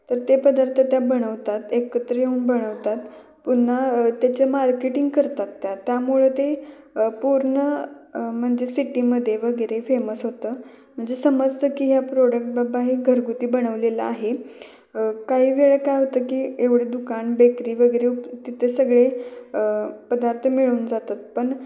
तर ते पदार्थ त्या बनवतात एकत्र येऊन बनवतात पुन्हा त्याचे मार्केटिंग करतात त्या त्यामुळं ते पूर्ण म्हणजे सिटीमध्ये वगैरे फेमस होतं म्हणजे समजतं की हे प्रोडक्ट बाबा हे घरगुती बनवलेलं आहे काही वेळा काय होतं की एवढे दुकान बेकरी वगेरे उप तिथे सगळे पदार्थ मिळून जातात पण